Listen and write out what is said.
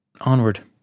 onward